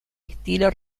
estilo